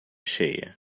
cheia